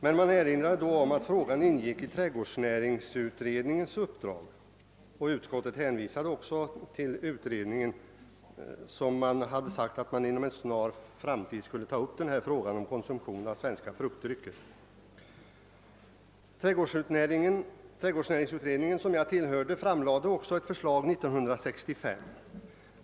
Men utskottet erinrade om att saken ingick i trädgårdsnäringsutredningens uppdrag och hänvisade också till att utredningen hade sagt att den inom en snar framtid skulle ta upp frågan om konsumtion av svenska fruktdrycker. Trädgårdsnäringsutredningen, som jag tillhörde, framlade också ett förslag 1965.